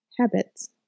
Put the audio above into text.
habits